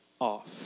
off